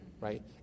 Right